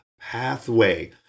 Pathway